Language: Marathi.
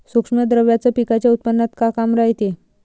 सूक्ष्म द्रव्याचं पिकाच्या उत्पन्नात का काम रायते?